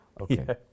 Okay